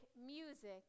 music